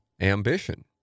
ambition